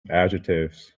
adjectives